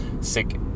sick